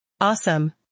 Awesome